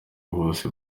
bose